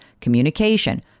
communication